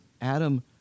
adam